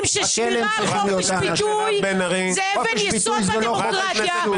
ששמירה על חופש ביטוי זה אבן יסוד בדמוקרטיה.